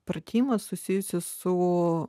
pratimą susijusį su